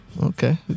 Okay